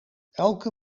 elke